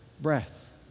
breath